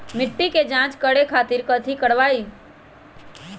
मिट्टी के जाँच करे खातिर कैथी करवाई?